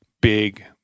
big